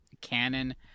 canon